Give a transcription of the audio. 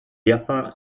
jaffa